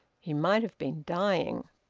he might have been dying.